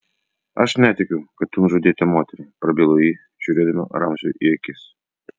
aš netikiu kad tu nužudei tą moterį prabilo ji žiūrėdama ramziui į akis